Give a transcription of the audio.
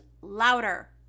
louder